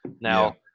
now